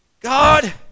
God